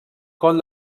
com